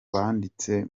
banditse